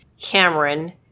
Cameron